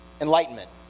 Enlightenment